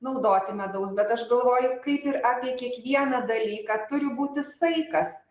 naudoti medaus bet aš galvoju kaip ir apie kiekvieną dalyką turi būti saikas